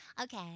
okay